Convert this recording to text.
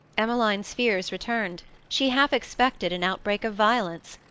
emmeline's fears returned she half expected an outbreak of violence.